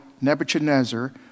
Nebuchadnezzar